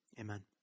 Amen